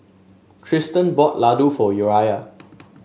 Triston bought Ladoo for Uriah